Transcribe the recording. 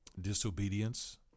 disobedience